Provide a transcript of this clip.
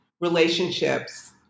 relationships